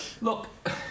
look